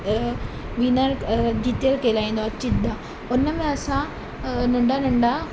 winner अ जीतियल कहलाईंदो आहे चिदा उन में असां नंढा नंढा